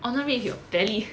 honour it with your belly